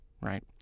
right